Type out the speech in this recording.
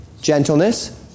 gentleness